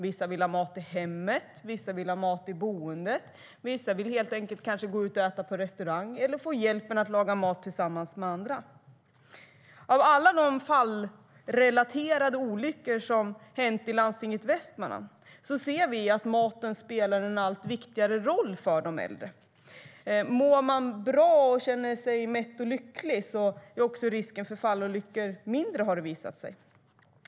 Vissa vill ha mat i hemmet, vissa vill ha mat i boendet och vissa vill kanske helt enkelt gå ut och äta på restaurang eller få hjälp att laga mat tillsammans med andra. Av alla de fallrelaterade olyckor som har skett i Landstinget Västmanland ser vi att maten spelar en allt viktigare roll för de äldre. Om man mår bra och känner sig mätt och lycklig är också risken för fallolyckor mindre, har det visat sig.